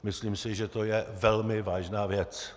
Myslím si, že to je velmi vážná věc.